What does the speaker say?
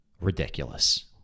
ridiculous